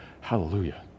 Hallelujah